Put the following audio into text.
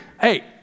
Hey